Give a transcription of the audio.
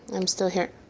i'm still here.